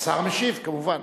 השר המשיב, כמובן.